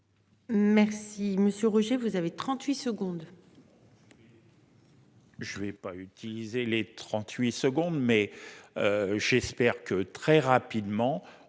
Merci monsieur Roger vous avez 38 secondes. Je vais pas utiliser les 38 secondes mais. J'espère que, très rapidement,